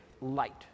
light